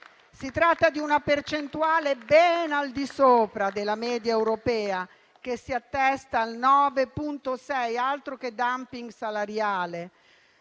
Si tratta di una percentuale ben al di sopra della media europea, che si attesta al 9,6 per cento, altro che *dumping* salariale: